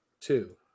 two